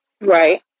Right